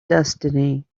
destiny